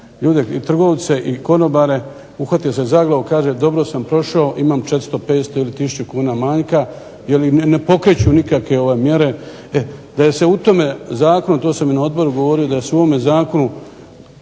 pumpaše, trgovce i konobare uhvate se za glavu, kaže dobro sam prošao, imam 400, 500 ili tisuću kuna manjka ili ne pokreću nikakve mjere. Da se u tom zakonu to sam i na odboru govorio da se u ovom zakonu